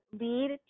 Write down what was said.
lead